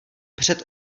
před